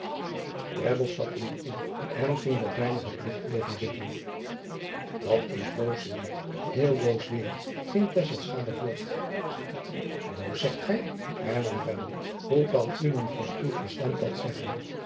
stapte nu in en ging met weinige pligtpleging zitten dat is boos weêr heel boos weêr ging tesselschade voort boos zegt gij hernam drebbel hoe kan iemand van uw verstand dat zeggen